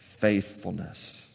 faithfulness